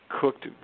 cooked